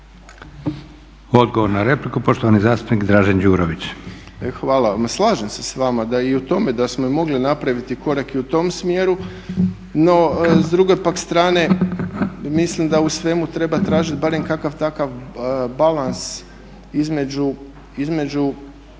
Odgovor na repliku poštovani zastupnik Dražen Đurović. **Đurović, Dražen (HDSSB)** Hvala vam. Slažem se s vama i u tome da smo mogli napraviti korak i u tom smjeru. No s druge pak strane mislim da u svemu treba tražiti barem kakav takav balans između